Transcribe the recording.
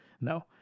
No